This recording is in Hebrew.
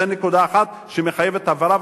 זאת נקודה אחת שמחייבת הבהרה,